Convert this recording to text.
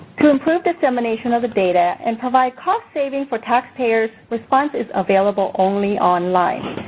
to improve dissemination of the data and provide cost savings for taxpayers, response is available only online.